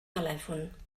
telèfon